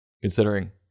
considering